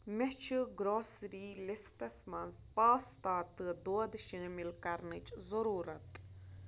مےٚ چھِ grocery lists منٛز پاستا تہٕ دۄد شٲمل کرنٕچ ضُروٗرت